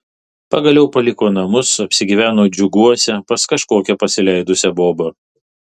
pagaliau paliko namus apsigyveno džiuguose pas kažkokią pasileidusią bobą